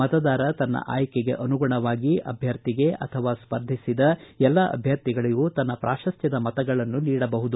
ಮತದಾರ ತನ್ನ ಆಯ್ಕೆಗೆ ಅನುಗುಣವಾಗಿ ಅಭ್ವರ್ಥಿಗೆ ಅಥವಾ ಸ್ಪರ್ಧಿಸಿದ ಎಲ್ಲಾ ಅಭ್ವರ್ಥಿಗಳಿಗೂ ತನ್ನ ಪೂರಸ್ತ್ವದ ಮತಗಳನ್ನು ನೀಡಬಹುದು